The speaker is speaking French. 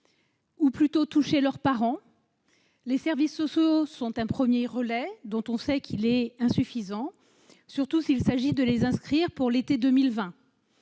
ou plutôt toucher leurs parents ? Les services sociaux sont un premier relai, mais nous savons qu'il est insuffisant, surtout s'il s'agit d'inscrire ces enfants pour l'été 2020.